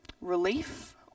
relief